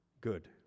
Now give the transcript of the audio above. good